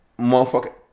Motherfucker